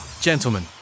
Gentlemen